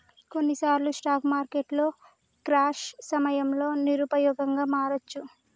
కొన్నిసార్లు స్టాక్ మార్కెట్లు క్రాష్ సమయంలో నిరుపయోగంగా మారవచ్చు